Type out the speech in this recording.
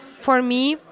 for me,